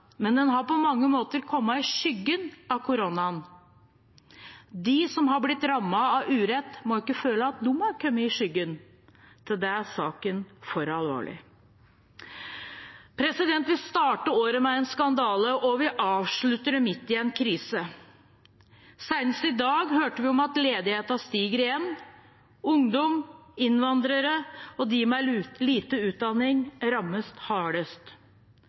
men den har på mange måter kommet i skyggen av koronaen. De som har blitt rammet av urett, må ikke føle at de har kommet i skyggen. Til det er saken for alvorlig. Vi startet året med en skandale, og vi avslutter det midt i en krise. Senest i dag hørte vi at ledigheten stiger igjen. Ungdom, innvandrere og de med lite utdanning rammes hardest.